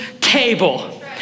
table